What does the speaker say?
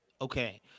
Okay